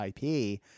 IP